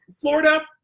Florida